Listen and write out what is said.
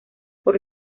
por